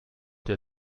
der